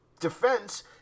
defense